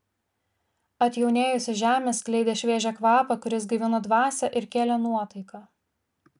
atjaunėjusi žemė skleidė šviežią kvapą kuris gaivino dvasią ir kėlė nuotaiką